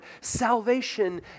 salvation